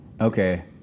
Okay